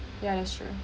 yeah that's true